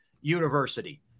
University